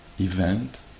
event